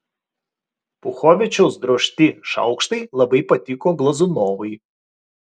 puchovičiaus drožti šaukštai labai patiko glazunovui